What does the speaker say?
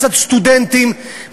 מצד סטודנטים,